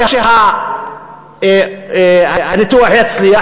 לא שהניתוח יצליח,